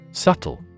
Subtle